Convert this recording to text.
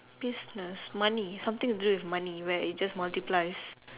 business money something to do with money where it just multiplies